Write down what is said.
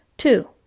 Two